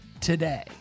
today